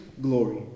glory